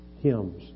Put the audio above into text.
hymns